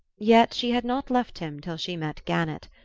yet she had not left him till she met gannett.